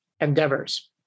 endeavors